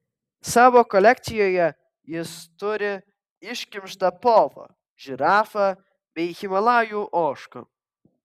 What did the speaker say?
savo kolekcijoje jis turi iškimštą povą žirafą bei himalajų ožką